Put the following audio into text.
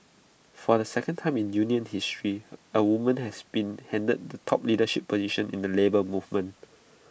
for the second time in union history A woman has been handed the top leadership position in the Labour Movement